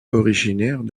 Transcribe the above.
originaires